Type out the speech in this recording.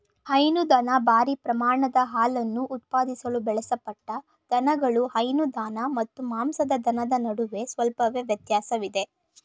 ಹೈನುದನ ಭಾರೀ ಪ್ರಮಾಣದ ಹಾಲನ್ನು ಉತ್ಪಾದಿಸಲು ಬೆಳೆಸಲ್ಪಟ್ಟ ದನಗಳು ಹೈನು ದನ ಮತ್ತು ಮಾಂಸದ ದನದ ನಡುವೆ ಸ್ವಲ್ಪವೇ ವ್ಯತ್ಯಾಸವಿದೆ